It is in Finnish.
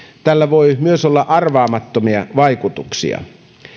tällä voi olla myös arvaamattomia vaikutuksia